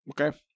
Okay